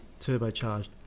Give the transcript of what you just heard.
turbocharged